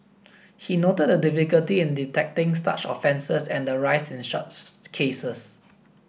he noted the difficulty in detecting such offences and the rise in such cases